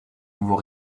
nouveau